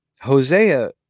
Hosea